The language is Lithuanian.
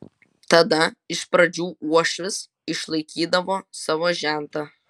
tada iš pradžių uošvis išlaikydavo savo žentą